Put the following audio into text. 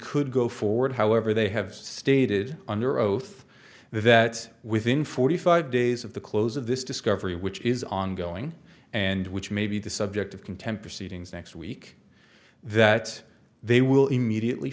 could go forward however they have stated under oath that within forty five days of the close of this discovery which is ongoing and which may be the subject of contempt for seedings next week that they will immediately